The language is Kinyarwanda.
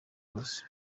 hose